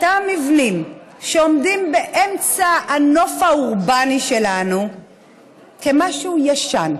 אותם המבנים עומדים באמצע הנוף האורבני שלנו כמשהו ישן,